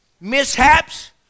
mishaps